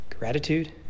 Gratitude